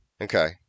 Okay